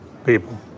People